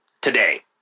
Today